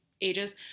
ages